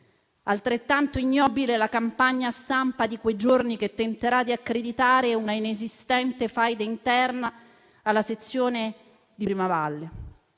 Altrettanto ignobile la campagna stampa di quei giorni, che tenterà di accreditare un'inesistente faida interna alla sezione di Primavalle: